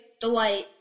delight